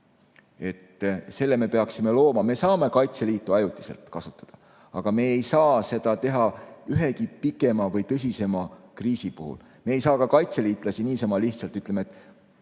Selle me peaksime looma. Me saame Kaitseliitu ajutiselt kasutada, aga me ei saa seda teha ühegi pikema või tõsisema kriisi korral. Me ei saa kaitseliitlasi niisama lihtsalt [võtta], et,